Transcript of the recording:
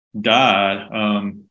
died